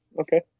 Okay